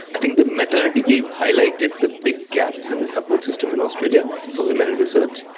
i think the maternity leave highlighted the big gaps in the support system in australia for women in research.